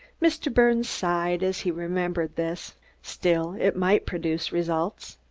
mr. birnes sighed as he remembered this still it might produce results.